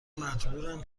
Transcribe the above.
مجبورم